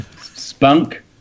Spunk